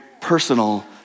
personal